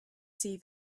see